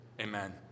Amen